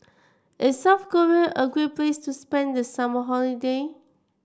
is South Korea a great place to spend the summer holiday